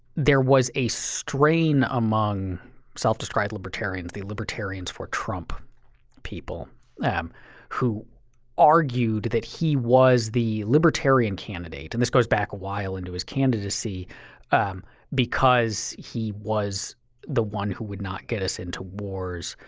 there was a strain among self-described libertarians, the libertarians for trump people um who argued that he was the libertarian candidate. and this goes back a while into his candidacy because he was the one who would not get us into wars,